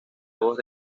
voz